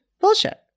bullshit